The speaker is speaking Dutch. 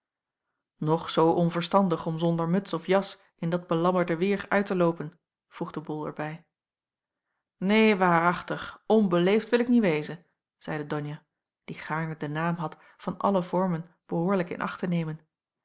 zoo onverstandig om zonder muts of jas in dat belabberde weêr uit te loopen voegde bol er bij neen waarachtig onbeleefd wil ik niet wezen zeide donia die gaarne den naam had van alle vormen behoorlijk in acht te nemen